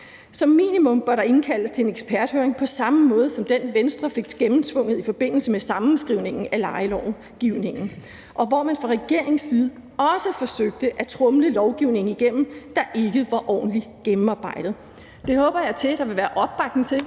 Som minimum bør der indkaldes til en eksperthøring på samme måde som med den, Venstre fik gennemtvunget i forbindelse med sammenskrivningen af lejelovgivningen, hvor man fra regeringens side også forsøgte at tromle lovgivning igennem, der ikke var ordentligt gennemarbejdet. Det håber jeg der vil være opbakning til,